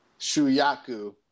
Shuyaku